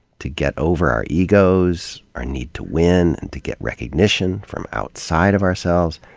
to get over our egos, our need to win and to get recognition from outside of ourselves?